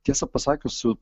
tiesa pasakius su